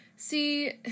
See